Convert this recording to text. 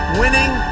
winning